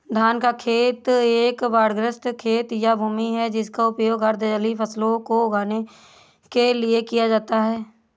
धान का खेत एक बाढ़ग्रस्त खेत या भूमि है जिसका उपयोग अर्ध जलीय फसलों को उगाने के लिए किया जाता है